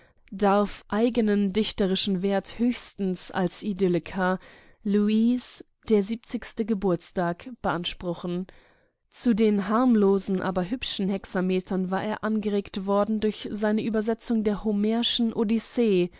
darf eigenen dichterischen wert höchstens als idylliker luise der siebzigste geburtstag beanspruchen zu den harmlosen aber hübschen hexametern war er angeregt worden durch übersetzungen der homerschen odyssee